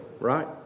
right